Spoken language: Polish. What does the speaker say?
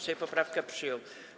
Sejm poprawkę przyjął.